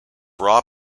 raw